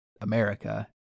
America